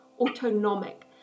autonomic